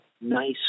nice